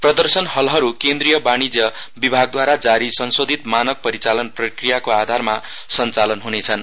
प्रदर्शन हलहरु केन्द्रिय वाणीज्य विभागद्वारा जारी संसोधित मानक परिचालन प्रक्रियाको आधारमा सञ्चालन हुनेछन्